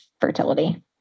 fertility